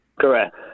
correct